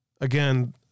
again